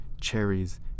Cherries